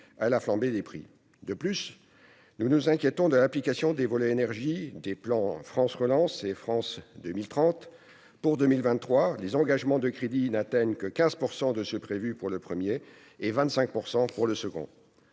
à la flambée des prix. De plus, nous nous inquiétons de l'application des volets énergie des plans France Relance et France 2030 : pour 2023, les engagements de crédits n'atteignent pas 15 % de ceux qui sont prévus pour le premier, 25 % pour le second.